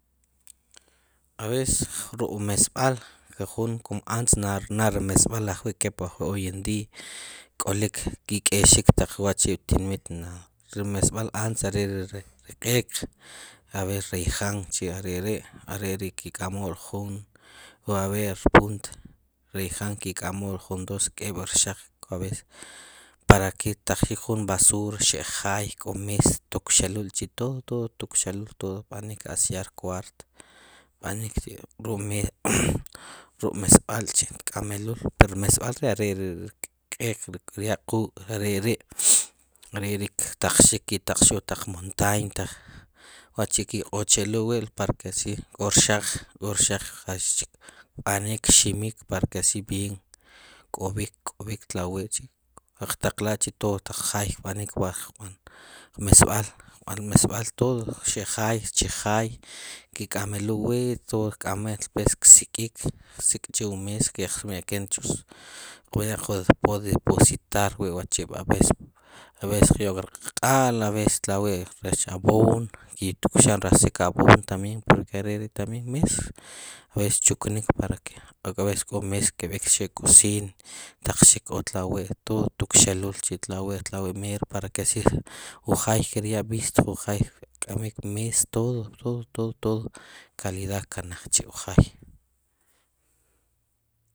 A veces ruk' mesb'al ke jun, como antes nada ri mesb'al ajwi' kep ajwi' hoy en día k'olik ki' k'eyxik taq wachi' tinmit nada ri mesb'al, antea are' ri ri k'eeq a veces rayjan chi' are' ri' ki' k'amu'l jun wu are' wur punta rayjan kk'emul jun dos k'eb' rxaq, k'o veces para que rtaqxik jun basura xe' jaay k'o mes tokxelul chi' todo, todo tokxelul todo, b'anik asear cuarto, b'anik chi rok me ruk' mesb'al chi tk'amelul prmeb'al ri', are' ri, ri k'eq kirya' quk' are' ri', are' ri ktaqxik, ki' taqxu'l p montaña wachi' ki' q'ochelul wi' para que así k'o rxaq, k'o rxaq kaqchi, kb'anik kximik para que asi bien kk'ob'ik tlawi' chi' qtala' chi todo taq jaay, b'anik wa' jun mesb'al, kb'an mesb'al todo xq' jaay, chi' jaay, ki' k'amelul wi' todo kk'amik despues ksik'ik, qsik' chi wu mees, keq mequen chu sw, kqbe' despostar wi' wachi' a veces, a vces qyok rq'aqaal a veces tla' wi' rech abono ki' tukxan rajsik ke abono tambien porque are' ri', tambien mees kchuk nik para que k'o vez mees y b'ek xe' cocina taqxik k'o tlawi' de todo tukxelul ahi tlawi' mero para que así wu jaay kirya' vista ju jaay, kk'amik mees todo, todo, todo calidad kkanaj chi' wue jaay